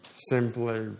simply